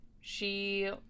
She-